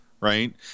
Right